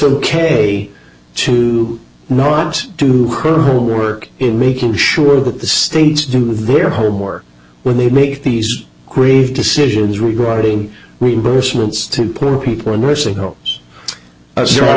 ok to not do her homework in making sure that the states do their homework when they make these grave decisions regarding reimbursements to poor people in